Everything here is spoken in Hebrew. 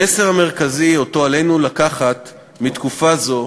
המסר המרכזי שעלינו לקחת מתקופה זו